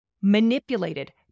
manipulated